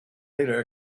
later